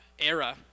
era